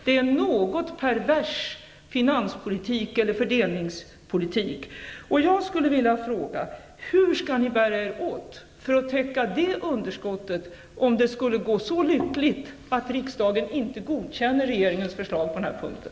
Det är en något pervers fördelningspolitik. Jag skulle vilja fråga: Hur skall ni bära er åt för att täcka det underskottet, om det skulle gå så lyckligt att riksdagen inte godkänner regeringens förslag på den här punkten?